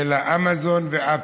לאמזון ולאפל,